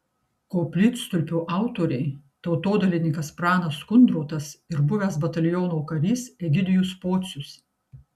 koplytstulpio autoriai tautodailininkas pranas kundrotas ir buvęs bataliono karys egidijus pocius